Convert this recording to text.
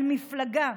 על מפלגה,